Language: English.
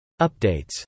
Updates